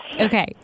Okay